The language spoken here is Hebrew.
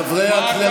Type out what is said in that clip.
חברי הכנסת.